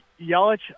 Yelich